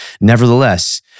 nevertheless